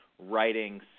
writing